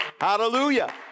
Hallelujah